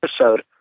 episode